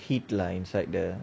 heat lah inside the